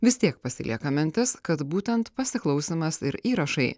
vis tiek pasilieka mintis kad būtent pasiklausymas ir įrašai